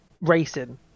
racing